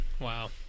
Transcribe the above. Wow